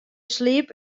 sliep